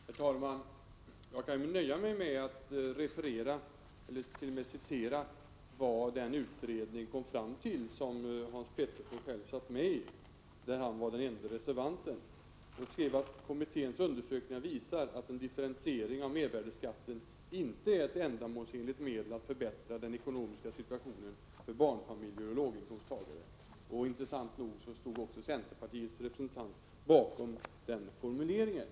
Herr talman! Jag kan nöja mig med att hänvisa till vad den utredning kom fram till som Hans Petersson i Hallstahammar själv satt med i och där han var den ende reservanten. Den skrev att kommitténs undersökningar visat att en differentiering av mervärdeskatten inte är ett ändamålsenligt medel att förbättra den ekonomiska situationen för barnfamiljer och låginkomsttagare. Intressant nog stod också centerpartiets representant bakom den formuleringen.